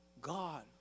God